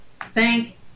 thank